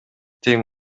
тең